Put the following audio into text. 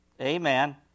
amen